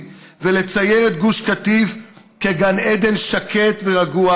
ולצייר את גוש קטיף כגן עדן שקט ורגוע,